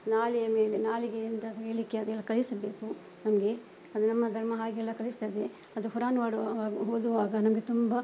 ನಾಲಿಯ ಮೇಲೆ ನಾಲಿಗೆಯಿಂದ ಮೇಲಕ್ಕೆ ಅದೇನೋ ಕಲಿಸಬೇಕು ನಮಗೆ ಅದು ನಮ್ಮ ಧರ್ಮ ಹಾಗೆಲ್ಲ ಕಲಿಸ್ತದೆ ಅದು ಕುರಾನ್ ಮಾಡುವಾಗ ಓದುವಾಗ ನಮಗೆ ತುಂಬ